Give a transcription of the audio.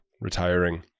retiring